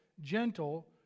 gentle